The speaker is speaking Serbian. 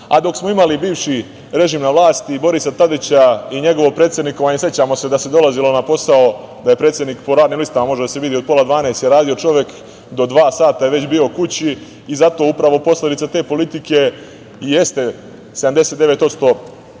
smo imali bivši režim na vlasti i Borisa Tadića i njegovo predsednikovanje, sećamo se da se dolazilo na posao, da je predsednik, po radnim listama može da se vidi, od pola dvanaest je radio čovek, do dva sata je već bio kući i zato upravo posledica te politike i jeste 79% BDP,